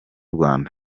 rwanda